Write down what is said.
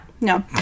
No